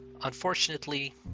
Unfortunately